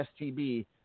STB